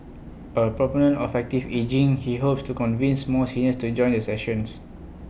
A proponent of active ageing he hopes to convince more seniors to join the sessions